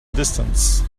distance